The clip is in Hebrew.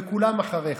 וכולם אחריך.